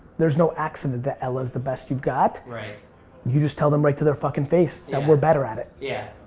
there's no accident that l is the best you've got. you just tell them right to their fuckin' face that we're better at it. yeah.